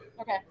Okay